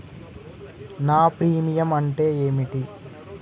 నా ప్రీమియం అంటే ఏమిటి?